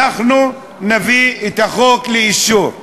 אנחנו נביא את החוק לאישור.